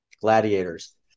gladiators